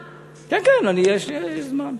כן, כן, יש זמן.